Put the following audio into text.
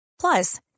Plus